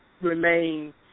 remain